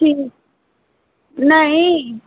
ठीक नहीं